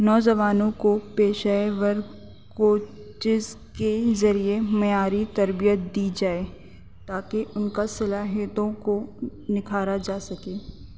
نوجوانوں کو پیشہ ور کوچز کے ذریعے معیاری تربیت دی جائے تاکہ ان کا صلاحیتوں کو نکھارا جا سکے